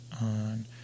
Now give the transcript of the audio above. on